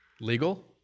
Legal